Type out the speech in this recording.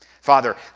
Father